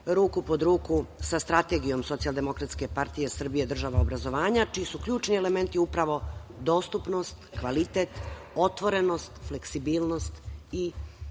ruku pod ruku sa strategijom Socijaldemokratske partije Srbije - država obrazovanja, čiji su ključni elementi upravo dostupnost, kvalitet, otvorenost, fleksibilnost i doživotno